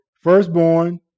firstborn